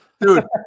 Dude